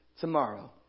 tomorrow